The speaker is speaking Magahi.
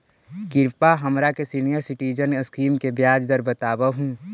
कृपा हमरा के सीनियर सिटीजन स्कीम के ब्याज दर बतावहुं